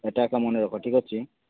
ଏଟା ଏକା ମନେରଖ ଠିକ୍ ଅଛି